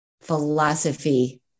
philosophy